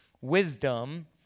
wisdom